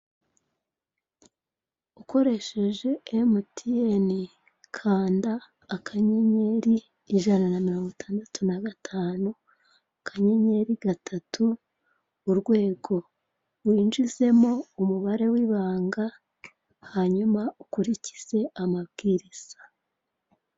Ukoresheje MTN kanda akanyenyeri, ijana na mirongo itandatu na gatanu, akanyenyeri gatatu urwego winjizemo umubare w'ibanga hanyuma ukurikize amabwiriza.